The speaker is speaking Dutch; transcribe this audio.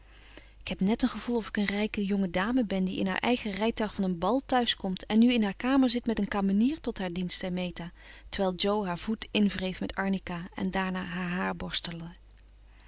k heb net een gevoel of ik een rijke jonge dame ben die in haar eigen rijtuig van een bal thuiskomt en nu in haar kamer zit met een kamenier tot haar dienst zei meta terwijl jo haar voet inwreef met arnica en daarna haar